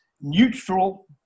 neutral